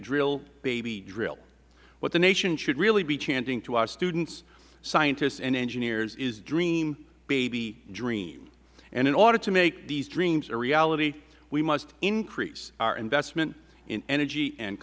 drill baby drill what the nation should really be chanting to our students scientists and engineers is dream baby dream and in order to make these dreams a reality we must increase our investment in energy and